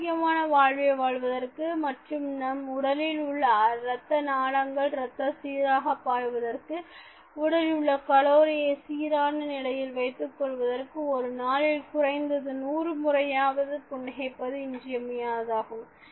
ஆரோக்கியமான வாழ்வை வாழ்வதற்கு மற்றும் நம் உடலில் உள்ள ரத்த நாளங்கள் ரத்தம் சீராக பாய்வதற்கு உடலில் உள்ள கலோரியை சீரான நிலையில் வைத்துக் கொள்வதற்கு ஒரு நாளில் குறைந்தது 100 முறையாவது புன்னகைப்பது இன்றியமையாததாகும்